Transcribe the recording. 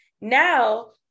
Now